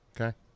Okay